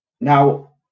now